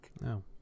no